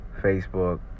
Facebook